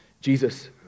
Jesus